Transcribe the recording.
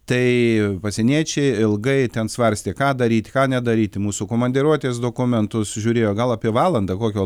tai pasieniečiai ilgai ten svarstė ką daryt ką nedaryti mūsų komandiruotės dokumentus žiūrėjo gal apie valandą kokio